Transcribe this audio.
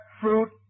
fruit